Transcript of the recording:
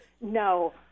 No